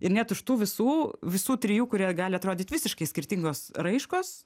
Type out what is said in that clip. ir net už tų visų visų trijų kurie gali atrodyt visiškai skirtingos raiškos